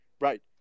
right